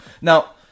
Now